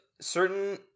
certain